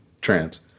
trans